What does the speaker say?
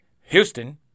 Houston